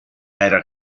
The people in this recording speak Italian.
era